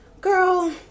Girl